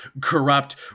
corrupt